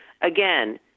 again